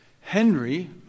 Henry